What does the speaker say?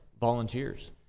volunteers